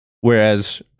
whereas